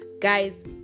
guys